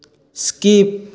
skip